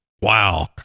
Wow